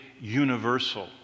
Universal